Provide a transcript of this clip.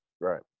Right